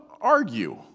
argue